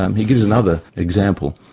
um he gives another example,